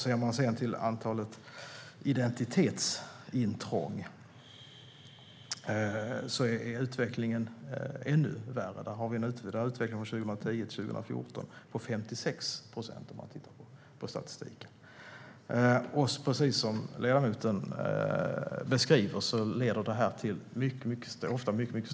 Sett till antalet identitetsintrång är utvecklingen ännu värre. Där är det en ökning från 2010 till 2014 på 56 procent, enligt statistiken. Precis som ledamoten beskriver leder det här ofta till mycket stora bekymmer.